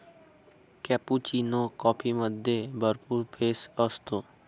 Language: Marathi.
कॅपुचिनो कॉफीमध्ये भरपूर फेस असतो